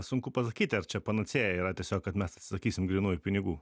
sunku pasakyti ar čia panacėja yra tiesiog kad mes atsisakysim grynųjų pinigų